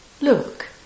Look